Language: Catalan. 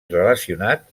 relacionat